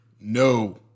No